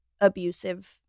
Abusive